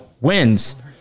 wins